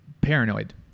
paranoid